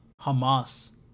Hamas